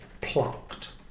plucked